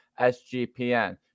SGPN